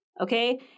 Okay